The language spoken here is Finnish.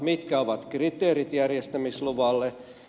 mitkä ovat kriteerit järjestämisluvalle